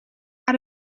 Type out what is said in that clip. out